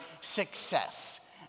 success